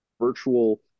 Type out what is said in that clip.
virtual